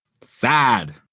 Sad